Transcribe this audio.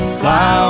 fly